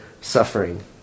suffering